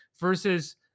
versus